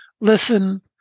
listen